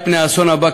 את פני האסון הבא,